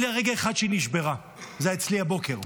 אבל היה רגע אחד שהיא נשברה, זה היה אצלי הבוקר.